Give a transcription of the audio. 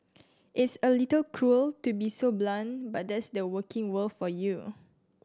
it's a little cruel to be so blunt but that's the working world for you